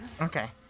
Okay